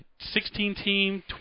16-team